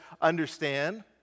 understand